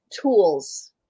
tools